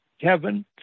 Kevin